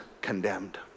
condemned